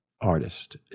artist